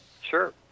Sure